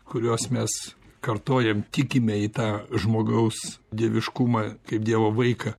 kuriuos mes kartojam tikime į tą žmogaus dieviškumą kaip dievo vaiką